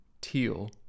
teal